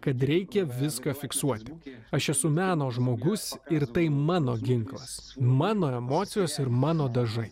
kad reikia viską fiksuoti aš esu meno žmogus ir tai mano ginklas mano emocijos ir mano dažnai